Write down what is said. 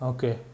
Okay